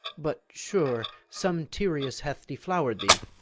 but sure some tereus hath deflowered thee,